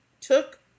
took